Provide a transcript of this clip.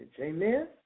Amen